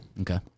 Okay